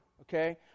Okay